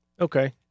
Okay